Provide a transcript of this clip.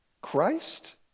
Christ